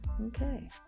okay